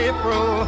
April